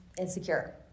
insecure